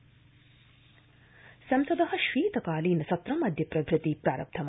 संसद् संसद शीतकालीन सत्रमद्य प्रभृति प्रारब्धम्